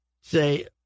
say